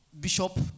bishop